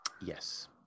Yes